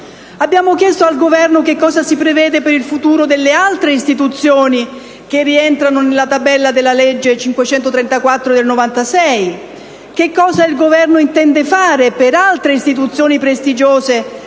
Abbiamo chiesto al Governo che cosa si prevede per il futuro delle altre istituzioni che rientrano nella tabella della legge n. 534 del 1996, che cosa il Governo intende fare per altre istituzioni prestigiose